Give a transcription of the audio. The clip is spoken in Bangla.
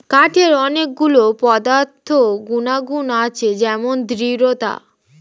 কাঠের অনেক গুলো পদার্থ গুনাগুন আছে যেমন দৃঢ়তা